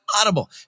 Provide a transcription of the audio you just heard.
Audible